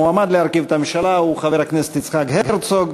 המועמד להרכיב את הממשלה הוא חבר הכנסת יצחק הרצוג.